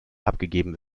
abgegeben